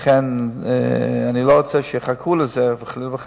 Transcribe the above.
ולכן, אני לא רוצה שיחכו לזה, חלילה וחס.